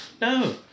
no